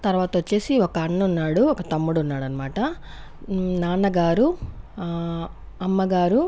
తర్వాత వచ్చేసి ఒక అన్నఉన్నాడు ఒక తమ్ముడున్నాడన్నమాట నాన్నగారు అమ్మగారు